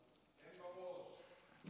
תן בראש.